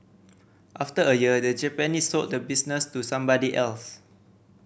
after a year the Japanese sold the business to somebody else